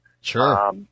Sure